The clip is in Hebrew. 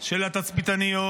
של התצפיתניות,